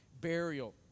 burial